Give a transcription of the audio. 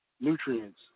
nutrients